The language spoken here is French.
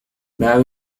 ben